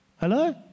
Hello